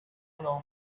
know